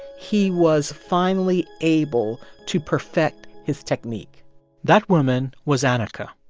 he was finally able to perfect his technique that woman was anarcha.